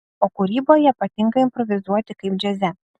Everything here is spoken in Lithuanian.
o kūryboje patinka improvizuoti kaip džiaze